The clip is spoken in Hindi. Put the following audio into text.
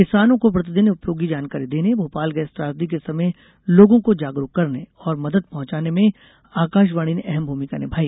किसानों को प्रतिदिन उपयोगी जानकारी देने भोपाल गैस त्रासदी के समय लोगों को जागरूक करने और मदद पहुंचाने में आकाशवाणी ने अहम भूमिका निभाई